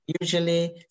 Usually